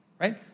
right